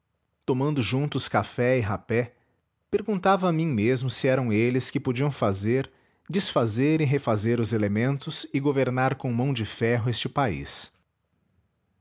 tomando juntos café e rapé perguntava a mim mesmo se eram eles que www nead unama br podiam fazer desfazer e refazer os elementos e governar com mão de ferro este país